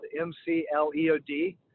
m-c-l-e-o-d